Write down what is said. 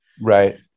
Right